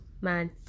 man